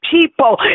people